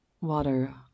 Water